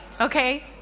okay